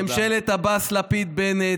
ממשלת עבאס-לפיד-בנט,